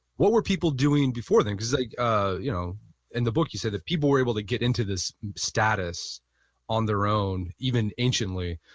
what were people doing before then? like ah you know in the book, you said that people were able to get into this status on their own, even ancient way.